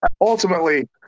Ultimately